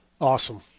Awesome